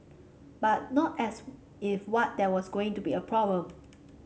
but not as if what there was going to be a problem